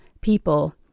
people